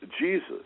Jesus